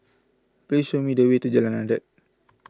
please show me the way to Jalan Adat